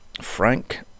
Frank